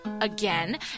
again